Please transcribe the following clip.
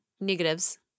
Negatives